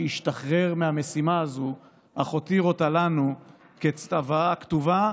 אשר בחירוף נפש שמר על המסורת היהודית והתבדל משאר העמים,